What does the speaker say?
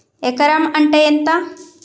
ఎకరం అంటే ఎంత?